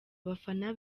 abafana